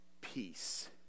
peace